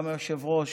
גם ליושבת-ראש,